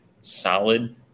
solid